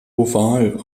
oval